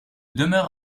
demeure